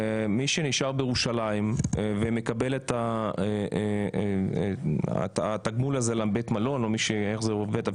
מי שנשאר בירושלים ומקבל את התגמול הזה לבית מלון או איך שזה עובד,